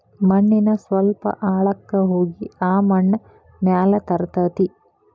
ಮಣ್ಣಿನ ಸ್ವಲ್ಪ ಆಳಕ್ಕ ಹೋಗಿ ಆ ಮಣ್ಣ ಮ್ಯಾಲ ತರತತಿ